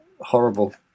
horrible